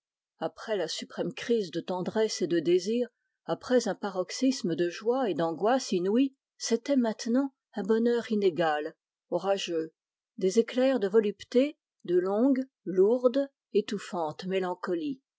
après la suprême crise de tendresse et de désir après un paroxysme de joie et d'angoisse inouïe c'était maintenant un bonheur inégal orageux des éclairs de volupté